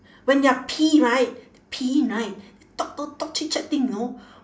when they are pee right peeing right talk talk talk chit-chatting know